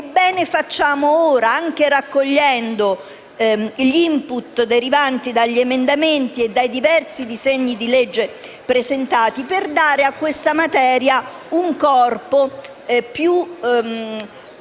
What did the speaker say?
e bene facciamo ora, anche raccogliendo gli input derivanti dagli emendamenti e dai diversi disegni di legge presentati, ad assegnare a questa materia un corpo più